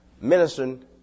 ministering